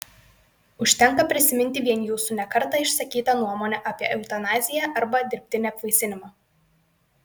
užtenka prisiminti vien jūsų ne kartą išsakytą nuomonę apie eutanaziją arba dirbtinį apvaisinimą